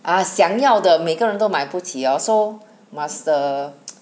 啊啦想要的每个人都买不起哦 so must the